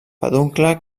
peduncle